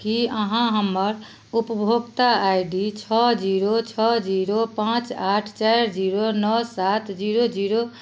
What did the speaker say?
की अहाँ हमर उपभोक्ता आई डी छओ जीरो छओ जीरो पाँच आठ चाइर जीरो नओ सात जीरो जीरो